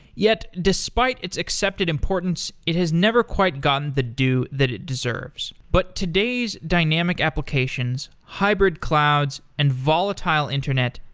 yet, despite its accepted importance, it has never quite gotten the due that it deserves. but today's dynamic applications, hybrid clouds and volatile internet,